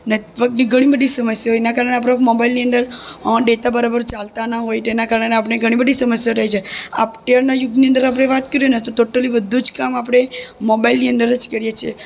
નેટવર્કની ઘણી બધી સમસ્યા હોય એના કારણે મોબાઈલની અંદર ઓન ડેટા બરાબર ચાલતા ના હોય તેના કારણે આપણે ઘણી બધી સમસ્યા થાય છે અત્યારના યુગની અંદર આપણે વાત કરીએ ને તો આપણે બધું જ કામ આપડે મોબાઇલની અંદર જ કરી છીએ